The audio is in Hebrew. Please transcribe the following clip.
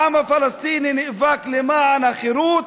העם הפלסטיני נאבק למען החירות,